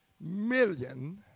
million